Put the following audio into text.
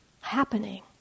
happening